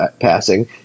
passing